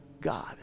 God